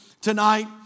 tonight